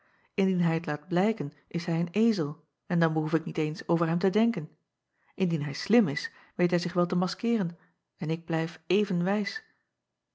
indien hij het laat blijken is hij een ezel en dan behoef ik niet eens over hem te denken indien hij slim is weet hij zich wel te maskeeren en ik blijf even wijs